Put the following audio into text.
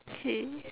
okay